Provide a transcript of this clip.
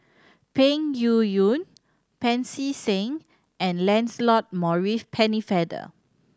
Peng Yuyun Pancy Seng and Lancelot Maurice Pennefather